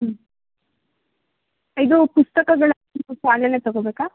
ಹ್ಞೂ ಇದು ಪುಸ್ತಕಗಳು ಶಾಲೆಯಲ್ಲೇ ತಗೋಬೇಕಾ